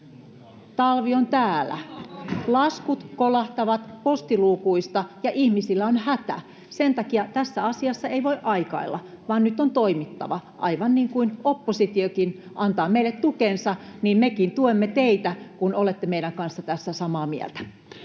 Talvi on täällä. Laskut kolahtavat postiluukuista, ja ihmisillä on hätä. Sen takia tässä asiassa ei voi aikailla, vaan nyt on toimittava. Aivan niin kuin oppositiokin antaa meille tukensa, mekin tuemme teitä, kun olette meidän kanssamme tässä samaa mieltä.